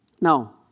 Now